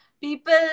people